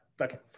Okay